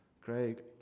Craig